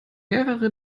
mehrere